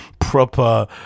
Proper